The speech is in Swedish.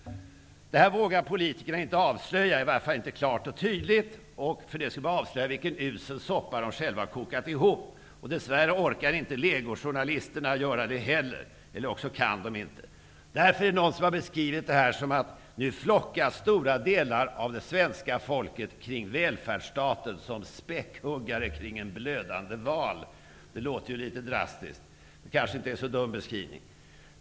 Detta vågar politikerna inte avslöja, i varje fall inte klart och tydligt. Det skulle bara avslöja vilken usel soppa de själva har kokat ihop. Dess värre orkar inte legojournalisterna göra det heller, eller så kan de inte göra det. Det är någon som har beskivit detta som att stora delar av det svenska folket flockas kring välfärdsstaten som späckhuggare kring en blödande val. Det låter litet drastiskt, men det kanske inte är en så dum beskrivning.